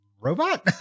robot